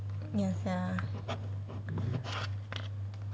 ya sia